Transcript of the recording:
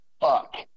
fuck